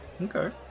Okay